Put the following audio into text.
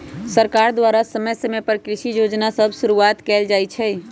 सरकार द्वारा समय समय पर कृषि जोजना सभ शुरुआत कएल जाइ छइ